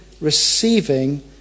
receiving